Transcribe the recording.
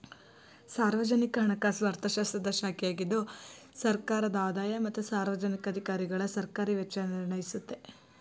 ಸಾರ್ವಜನಿಕ ಹಣಕಾಸು ಅರ್ಥಶಾಸ್ತ್ರದ ಶಾಖೆಯಾಗಿದ್ದು ಸರ್ಕಾರದ ಆದಾಯ ಮತ್ತು ಸಾರ್ವಜನಿಕ ಅಧಿಕಾರಿಗಳಸರ್ಕಾರಿ ವೆಚ್ಚ ನಿರ್ಣಯಿಸುತ್ತೆ